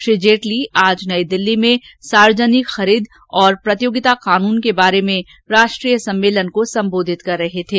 श्री जेटली आज नई दिल्ली में सार्वजनिक खरीद और प्रतियोगिता कानून के बारे में राष्ट्रीय सम्मेलन को संबोधित कर रहे थे